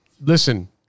listen